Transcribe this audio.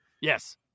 Yes